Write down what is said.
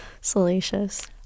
Salacious